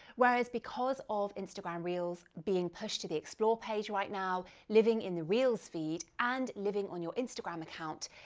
whereas because of instagram reels being pushed to the explore page right now, living in the reels feed and living on your instagram account,